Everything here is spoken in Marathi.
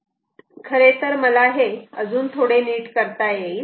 खरेतर मला हे थोडे नीट करता येईल